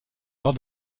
lors